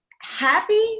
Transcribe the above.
happy